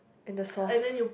and the source